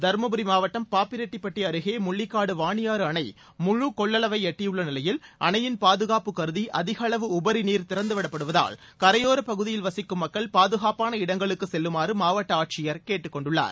தர்மபுரி மாவட்டம் பாப்பிரெட்டிப்பட்டி அருகே முள்ளிக்காடு வாணியாறு அணை முழு கொள்ளளவை எட்டியுள்ள நிலையில் அணையிள் பாதுகாப்பு கருதி அதிகளவு உபரிநீர் திறந்து விடப்படுவதால் கரையோரப் பகுதியில் வசிக்கும் மக்கள் பாதுகாப்பான இடங்களுக்கு செல்லுமாறு மாவட்ட ஆட்சியர் கேட்டுக் கொண்டுள்ளார்